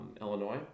Illinois